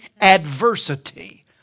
adversity